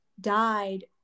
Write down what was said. died